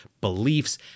beliefs